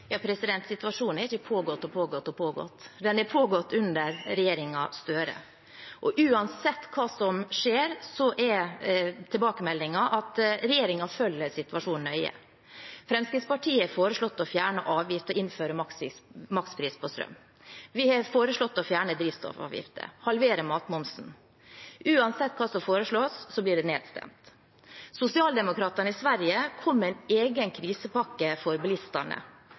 Situasjonen har ikke pågått og pågått og pågått. Den har pågått under regjeringen Støre, og uansett hva som skjer, er tilbakemeldingen at regjeringen følger situasjonen nøye. Fremskrittspartiet har foreslått å fjerne avgifter og innføre makspris på strøm. Vi har foreslått å fjerne drivstoffavgifter, halvere matmomsen. Uansett hva som foreslås, blir det nedstemt. Sosialdemokratene i Sverige kom med en egen krisepakke for bilistene.